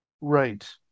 Right